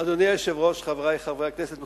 האם נקלט אצל חבר הכנסת אורלב?